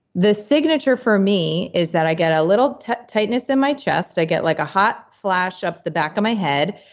the signature for me is that i get a little tightness in my chest, i get like a hot flash up the back of my head,